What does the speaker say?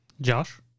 Josh